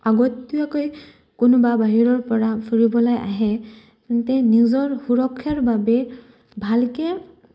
আগতীয়াকৈ কোনোবা বাহিৰৰ পৰা ফুৰিবলৈ আহে তেন্তে নিজৰ সুৰক্ষাৰ বাবে ভালকে